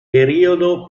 periodo